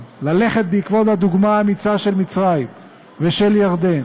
ללכת בעקבות הדוגמה האמיצה של מצרים ושל ירדן